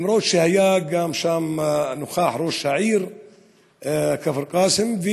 למרות שנכח שם גם ראש העיר כפר קאסם,